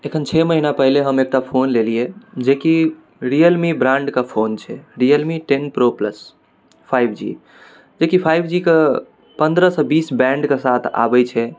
एखन छओ महिना पहिले हम एकटा फोन लेलिए जेकि रियलमी ब्राण्डके फोन छै Realme ten pro plus five G जेकि फाइव जीके पनरहसँ बीस बैण्डके साथ आबै छै